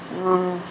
uh